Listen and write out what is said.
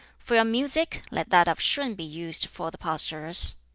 for your music let that of shun be used for the posturers.